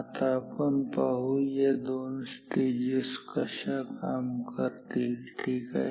आता आपण पाहू या दोन स्टेजेस कशा काम करतील ठीक आहे